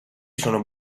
sono